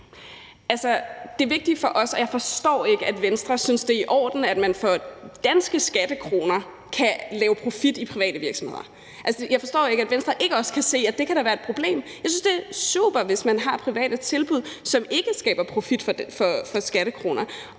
jeg selv har fundet på. Jeg forstår ikke, at Venstre synes, det er i orden, at man for danske skattekroner kan lave profit i private virksomheder. Altså, jeg forstår ikke, at Venstre ikke også kan se, at det da kan være et problem. Jeg synes, det er super, hvis man har private tilbud, som ikke skaber profit for skattekroner,